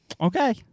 Okay